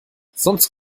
sonst